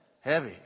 heavy